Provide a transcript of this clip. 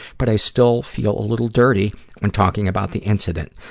but i still feel a little dirty when talking about the incident.